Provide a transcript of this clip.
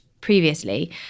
previously